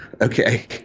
okay